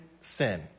sin